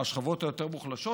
מהשכבות היותר-מוחלשות,